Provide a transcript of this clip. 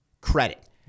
credit